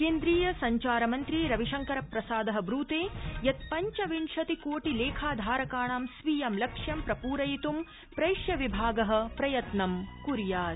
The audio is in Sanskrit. केन्द्रीय संचारमन्त्री रविशंकरप्रसाद ब्रूते यत् पंचविंशतिको लेखा धारकाणा स्वीय ं लक्ष्य प्रप्रयित् प्रैष्यविभाग प्रयत्न कुर्यात्